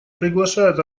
приглашают